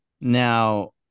Now